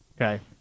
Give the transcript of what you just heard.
Okay